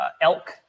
elk